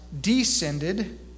descended